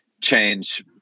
change